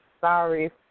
sorry